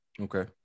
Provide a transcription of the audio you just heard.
okay